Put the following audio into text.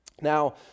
Now